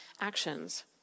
actions